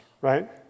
right